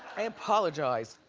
i apologize.